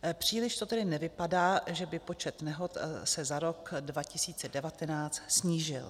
Příliš to tedy nevypadá, že by počet nehod se za rok 2019 snížil.